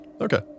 Okay